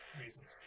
reasons